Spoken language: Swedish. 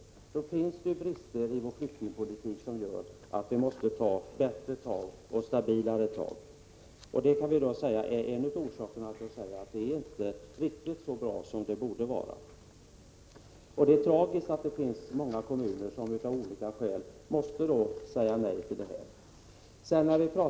Då finns det brister i vår flyktingpolitik som gör att vi måste ta bättre och stabilare tag. Det är en av orsakerna till att jag sade att det inte är riktigt så bra som det borde vara. Det är tragiskt att det är många kommuner som av olika skäl måste säga nej till att ta emot flyktingar.